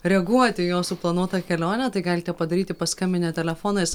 reaguot į jo suplanuotą kelionę tai galite padaryti paskambinę telefonais